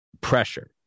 pressure